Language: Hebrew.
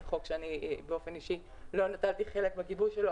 זה חוק שאני באופן אישי לא נטלתי חלק בגיבוש שלו,